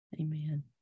amen